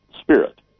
spirit